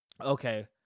Okay